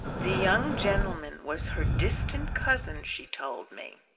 the young gentleman was her distant cousin, she told me,